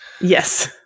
Yes